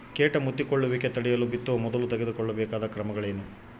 ಕೇಟ ಮುತ್ತಿಕೊಳ್ಳುವಿಕೆ ತಡೆಯಲು ಬಿತ್ತುವ ಮೊದಲು ತೆಗೆದುಕೊಳ್ಳಬೇಕಾದ ಕ್ರಮಗಳೇನು?